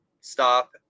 stop